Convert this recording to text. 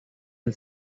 del